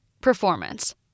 Performance